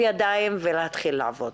הישיבה נעולה.